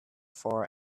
for